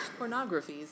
pornographies